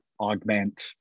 augment